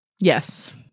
Yes